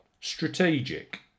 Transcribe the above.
strategic